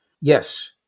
Yes